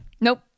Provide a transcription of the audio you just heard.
Nope